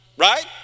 Right